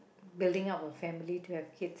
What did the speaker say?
building up a family to have kids